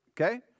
Okay